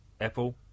Apple